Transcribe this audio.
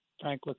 Frank